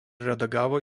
redagavo